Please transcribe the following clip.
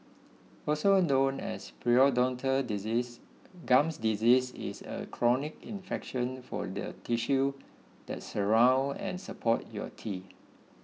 also known as periodontal disease gum disease is a chronic infection for the tissue that surround and support your teeth